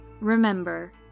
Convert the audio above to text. Remember